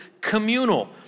communal